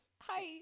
Hi